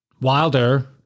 Wilder